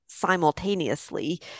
simultaneously